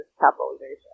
capitalization